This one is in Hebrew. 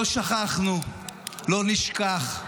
לא שכחנו, לא נשכח.